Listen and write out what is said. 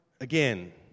again